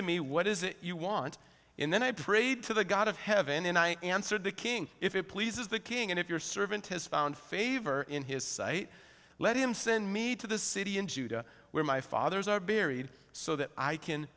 to me what is it you want and then i prayed to the god of heaven and i answered the king if it pleases the king and if your servant has found favor in his sight let him send me to the city in judah where my fathers are buried so that i can